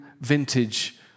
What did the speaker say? Vintage